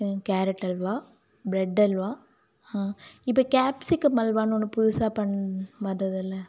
ஆ carrot halwa bread halwa ஆ இப்போ capsicum அல்வானு ஒன்று புதுசாக பண் வந்ததில்லே